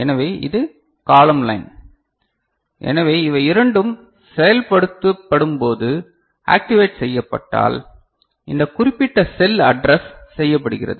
எனவே இது காலம் லைன் எனவே இவை இரண்டும் செயல்படுத்தப்படும்போது ஆக்டிவேட் செய்யப்பட்டால் இந்த குறிப்பிட்ட செல் அட்ரஸ் செய்யப்படுகிறது